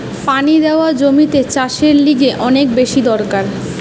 পানি দেওয়া জমিতে চাষের লিগে অনেক বেশি দরকার